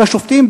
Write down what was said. והשופטים,